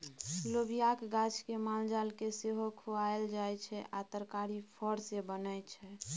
लोबियाक गाछ केँ मालजाल केँ सेहो खुआएल जाइ छै आ तरकारी फर सँ बनै छै